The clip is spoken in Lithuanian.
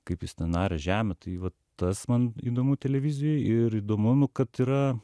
kaip jis ten aria žemę tai va tas man įdomu televizijoj ir įdomu nu kad yra